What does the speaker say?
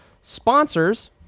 sponsors